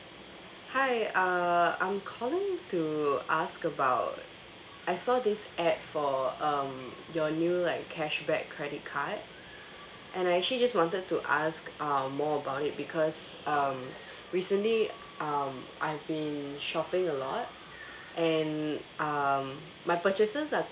hi uh I'm calling to ask about I saw this ad for um your new like cashback credit card and I actually just wanted to ask um more about it because um recently um I've been shopping a lot and um my purchases are